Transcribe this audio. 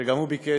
שגם הוא ביקש